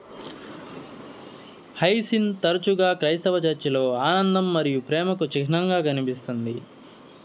hyacinth తరచుగా క్రైస్తవ చర్చిలలో ఆనందం మరియు ప్రేమకు చిహ్నంగా కనిపిస్తుంది